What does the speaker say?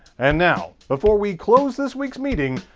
and now, before we close this week's meeting,